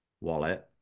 wallet